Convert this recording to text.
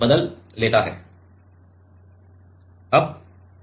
तनाव क्या है